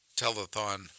telethon